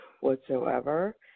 whatsoever